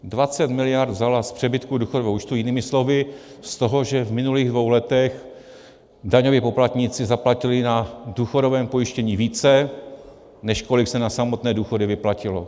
Dvacet mld. vzala z přebytku důchodového účtu, jinými slovy z toho, že v minulých dvou letech daňoví poplatníci zaplatili na důchodovém pojištění více, než kolik se na samotné důchody vyplatilo.